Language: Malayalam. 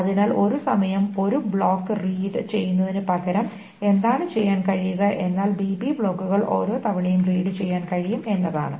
അതിനാൽ ഒരു സമയം ഒരു ബ്ലോക്ക് റീഡ് ചെയ്യുന്നതിന് പകരം എന്താണ് ചെയ്യാൻ കഴിയുക എന്നാൽ bb ബ്ലോക്കുകൾ ഓരോ തവണയും റീഡ് ചെയ്യാൻ കഴിയും എന്നതാണ്